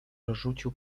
rozrzucił